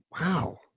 Wow